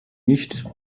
nicht